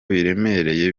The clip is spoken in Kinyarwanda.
biremereye